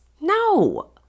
No